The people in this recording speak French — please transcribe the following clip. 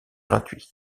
gratuit